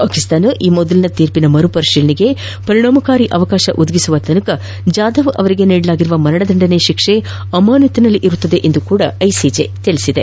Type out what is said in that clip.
ಪಾಕಿಸ್ತಾನ ಈ ಮೊದಲಿನ ತೀರ್ಪಿನ ಮರುಪರಿಶೀಲನೆಗೆ ಪರಿಣಾಮಕಾರಿ ಅವಕಾಶ ಒದಗಿಸುವವರೆಗೆ ಜಾಧವ್ ಅವರಿಗೆ ನೀಡಲಾಗಿರುವ ಮರಣದಂಡನೆ ಶಿಕ್ಷೆ ಅಮಾನತ್ತಿನಲ್ಲಿರಲಿದೆ ಎಂದು ಐಸಿಜೆ ಹೇಳಿದೆ